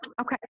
Okay